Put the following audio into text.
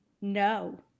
No